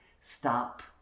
Stop